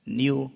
new